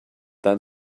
then